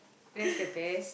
that's the best